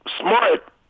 Smart